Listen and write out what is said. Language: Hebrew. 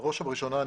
בראש ובראשונה,